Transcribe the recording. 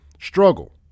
Struggle